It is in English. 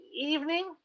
evening